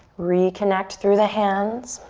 reconnect through the hands.